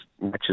matches